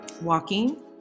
walking